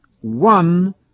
one